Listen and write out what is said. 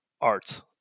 art